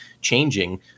changing